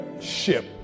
ship